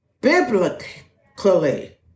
biblically